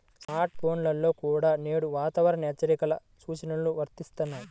smart ఫోన్లలో కూడా నేడు వాతావరణ హెచ్చరికల సూచనలు వస్తున్నాయి